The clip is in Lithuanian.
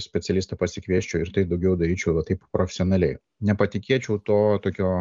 specialistą pasikviesčiau ir tai daugiau daryčiau va taip profesionaliai nepatikėčiau to tokio